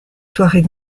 soirées